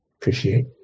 Appreciate